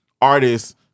artists